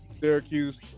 Syracuse